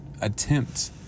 attempt